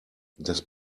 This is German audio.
das